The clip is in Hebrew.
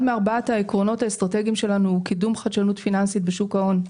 מארבעת העקרונות האסטרטגיים שלנו הוא קידום חדשנות פיננסית בשוק ההון.